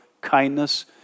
kindness